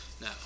no